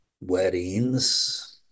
weddings